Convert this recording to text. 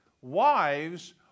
Wives